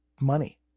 money